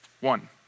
One